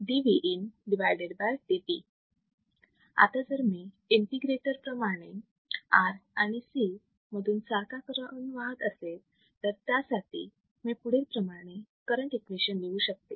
आता जर इंटिग्रेटर प्रमाणे R आणि C मधून सारखा करंट वाहत असेल तर त्यासाठी मी पुढील प्रमाणे करंट इक्वेशन लिहू शकते